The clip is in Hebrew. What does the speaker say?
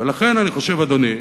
ולכן אני חושב, אדוני,